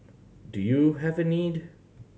do you have a need